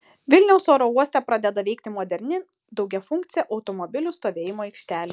vilniaus oro uoste pradeda veikti moderni daugiafunkcė automobilių stovėjimo aikštelė